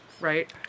Right